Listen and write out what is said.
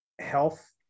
health